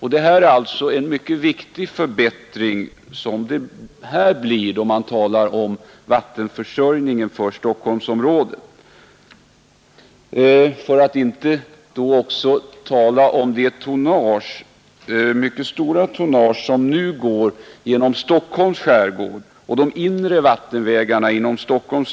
Här blir det alltså en mycket viktig förbättring när det gäller vattenförsörjningen för Stockholmsområdet. I det här sammanhanget skall man inte heller glömma det mycket stora tonnage som nu går genom Stockholms skärgård och de inre vattenvägarna inom Stockholm.